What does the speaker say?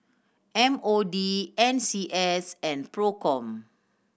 M O D N C S and Procom